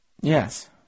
Yes